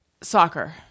Soccer